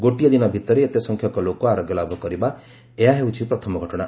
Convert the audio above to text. ଗୋଟିଏ ଦିନ ଭିତରେ ଏତେ ସଂଖ୍ୟକ ଲୋକ ଆରୋଗ୍ୟ ଲାଭ କରିବା ଏହା ହେଉଛି ପ୍ରଥମ ଘଟଣା